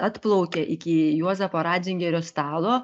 atplaukia iki juozapo ratzingerio stalo